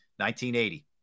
1980